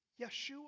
Yeshua